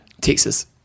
Texas